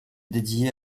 dédiée